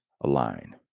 align